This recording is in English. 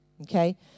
okay